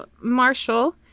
Marshall